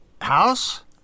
house